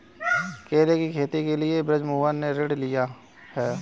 केले की खेती के लिए बृजमोहन ने ऋण लिया है